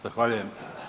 Zahvaljujem.